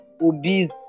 obese